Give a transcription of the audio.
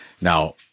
now